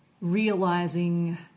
realizing